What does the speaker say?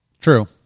True